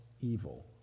evil